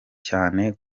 cyane